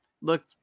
Look